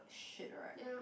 shit right